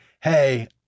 hey